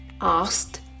asked